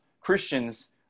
Christians